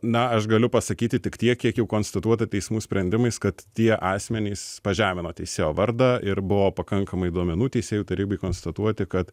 na aš galiu pasakyti tik tiek kiek jau konstatuota teismų sprendimais kad tie asmenys pažemino teisėjo vardą ir buvo pakankamai duomenų teisėjų tarybai konstatuoti kad